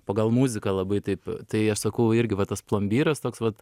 pagal muziką labai taip tai aš sakau irgi va tas plombyras toks vat